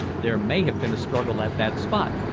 there may have been a struggle at that spot,